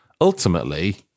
ultimately